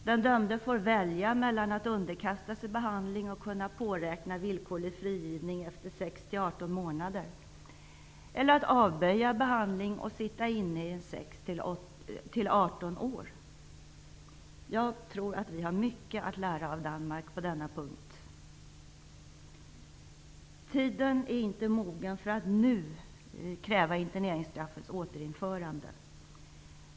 Den dömde får välja mellan att underkasta sig behandling och kunna påräkna villkorlig frigivning efter 6--18 månader eller att avböja behandling och sitta inne i 6--18 år. Jag tror att vi har mycket att lära av Danmark på denna punkt. Tiden är inte mogen för att nu kräva interneringsstraffets återinförande.